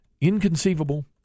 Inconceivable